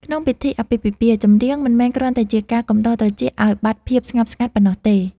ក្នុងពិធីអាពាហ៍ពិពាហ៍ ចម្រៀងមិនមែនគ្រាន់តែជាការកំដរត្រចៀកឱ្យបាត់ភាពស្ងប់ស្ងាត់ប៉ុណ្ណោះទេ